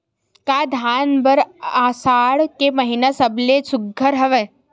का धान बर आषाढ़ के महिना सबले सुघ्घर हवय?